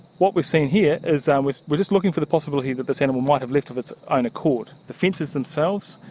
what we've seen here is. um we're just looking for the possibility that this animal might have left of its own accord. the fences themselves,